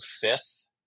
fifth